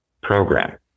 program